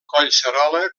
collserola